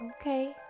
Okay